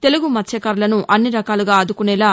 తెలుగు మత్స్తకారులను అన్ని రకాలుగా ఆదుకునేలా